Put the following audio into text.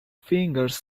fingers